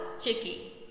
Chicky